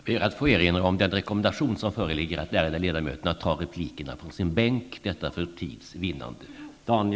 Jag ber att få erinra om den rekommendation som föreligger om att de ärade ledamöterna tar replikerna från sin bänk. Detta för tids vinnande.